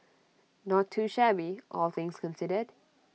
not too shabby all things considered